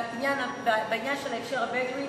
בעניין הבדואי,